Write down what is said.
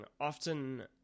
often